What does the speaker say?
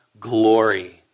glory